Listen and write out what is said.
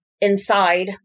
inside